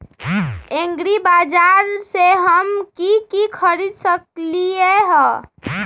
एग्रीबाजार से हम की की खरीद सकलियै ह?